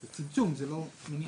זה צמצום, לא מניעה.